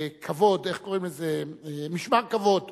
במשמר כבוד